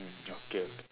mm okay okay